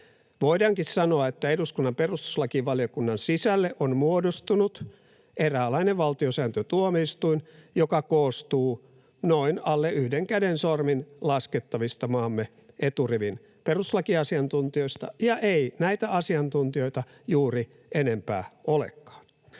Voidaankin sanoa, että eduskunnan perustuslakivaliokunnan sisälle on muodostunut eräänlainen valtiosääntötuomioistuin, joka koostuu noin alle yhden käden sormin laskettavista maamme eturivin perustuslakiasiantuntijoista, ja ei näitä asiantuntijoita juuri enempää olekaan.